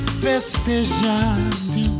festejando